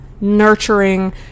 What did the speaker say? nurturing